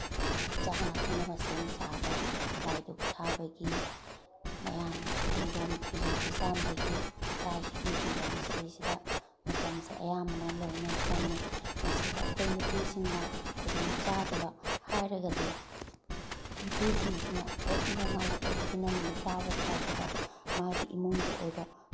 ꯆꯥꯅ ꯊꯛꯅꯕ ꯁꯦꯝ ꯁꯥꯕ ꯂꯥꯏ ꯙꯨꯛ ꯊꯥꯕꯒꯤ ꯃꯌꯥꯝ ꯐꯤꯔꯣꯟ ꯐꯤꯁꯨ ꯐꯤꯖꯥꯝꯕꯒꯤ ꯆꯥꯛ ꯏꯁꯤꯡ ꯊꯣꯡꯕꯒꯤ ꯁꯤꯗꯒꯤꯁꯤꯗ ꯃꯇꯝꯁꯦ ꯑꯌꯥꯝꯕꯅ ꯂꯣꯏꯅ ꯆꯪꯉꯦ ꯃꯁꯤꯗ ꯑꯩꯈꯣꯏ ꯅꯨꯄꯤꯁꯤꯡꯅ ꯈꯨꯗꯣꯡ ꯆꯥꯗꯕ ꯍꯥꯏꯔꯒꯗꯤ ꯅꯨꯄꯤꯁꯤꯡꯁꯤꯅ ꯍꯦꯛ ꯅꯣꯡꯉꯥꯜꯂꯛꯄꯗꯒꯤꯅ ꯅꯨꯃꯤꯠ ꯇꯥꯕ ꯐꯥꯎꯕꯗ ꯃꯥꯒꯤ ꯏꯃꯨꯡꯒꯤ ꯑꯣꯏꯕ